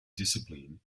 discipline